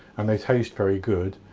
and they taste very good.